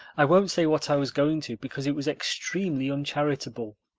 i won't say what i was going to because it was extremely uncharitable.